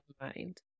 mind